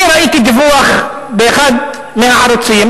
ראיתי דיווח באחד מהערוצים